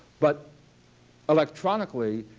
but electronically,